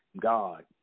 God